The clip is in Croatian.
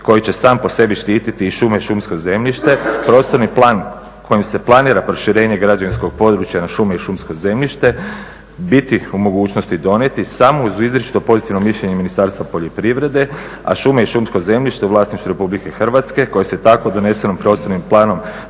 koji će sam po sebi štititi šumu i šumsko zemljište. Prostorni plan kojim se planira proširenje građevinskog područja na šume i šumsko zemljište biti u mogućnosti donijeti samo uz izričito pozitivno mišljenje Ministarstva poljoprivrede, a šume i šumsko zemljište u vlasništvu RH koji se tako donesenim prostornim planom